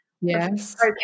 Yes